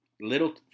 little